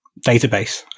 database